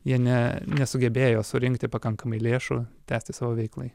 jie ne nesugebėjo surinkti pakankamai lėšų tęsti savo veiklai